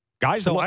Guys